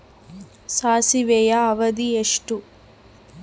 ಸಾಸಿವೆಯ ಅವಧಿ ಎಷ್ಟು?